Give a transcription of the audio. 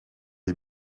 les